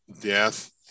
death